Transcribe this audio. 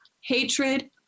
hatred